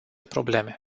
probleme